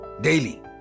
daily